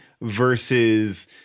versus